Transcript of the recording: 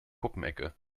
puppenecke